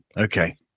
Okay